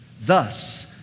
Thus